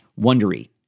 Wondery